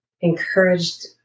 encouraged